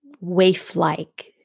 waif-like